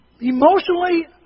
emotionally